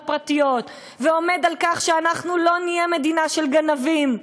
פרטיות ועומד על כך שאנחנו לא נהיה מדינה של גנבים.